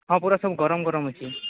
ହଁ ପୁରା ସବୁ ଗରମ ଗରମ ଅଛି